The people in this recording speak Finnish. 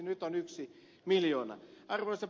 nyt on yksi miljoona